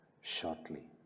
shortly